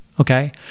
Okay